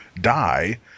die